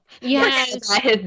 Yes